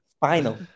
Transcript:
final